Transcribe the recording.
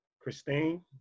Christine